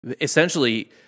essentially